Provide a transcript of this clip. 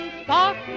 spark